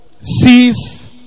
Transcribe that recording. sees